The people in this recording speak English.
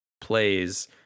plays